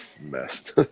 messed